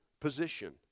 position